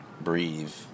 breathe